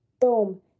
boom